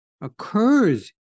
occurs